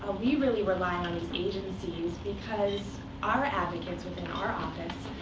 we really rely on these agencies because our advocates, within our office,